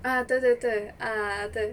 ah 对对对 ah 对